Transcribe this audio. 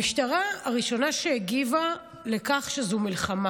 המשטרה היא הראשונה שהגיבה לכך שזו מלחמה.